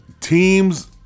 teams